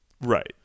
Right